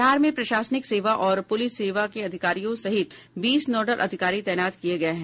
बिहार में प्रशासनिक सेवा और पुलिस सेवा के अधिकारियों सहित बीस नोडल अधिकारी तैनात किये गये हैं